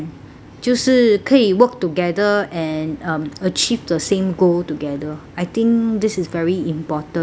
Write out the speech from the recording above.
就是可以 work together and achieve the same goal together I think this is very important